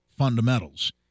Fundamentals